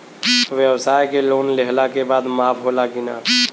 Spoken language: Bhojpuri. ब्यवसाय के लोन लेहला के बाद माफ़ होला की ना?